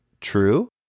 true